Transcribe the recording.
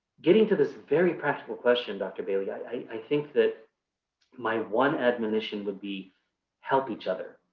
getting to this very practical question, dr. bailey, i think that my one admonition would be help each other.